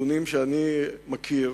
הנתונים שאני מכיר,